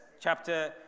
Chapter